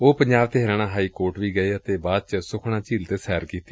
ਉਹ ਪੰਜਾਬ ਤੇ Haryana high court ਵੀ ਗਏ ਅਤੇ ਬਾਅਦ ਚ ਸੁਖਨਾ ਝੀਲ ਤੇ ਸੈਰ ਕੀਤੀ